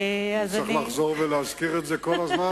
צריך לחזור ולהזכיר את זה כל הזמן,